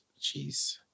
Jeez